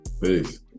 peace